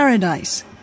Paradise